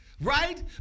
Right